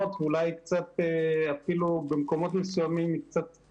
ושוחחה איתנו על האפשרות לקיים את הדיון הייחודי